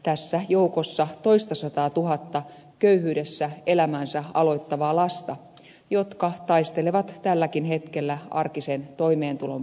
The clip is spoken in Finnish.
tässä joukossa on toistasataatuhatta köyhyydessä elämäänsä aloittavaa lasta jotka taistelevat tälläkin hetkellä arkisen toimeentulon kanssa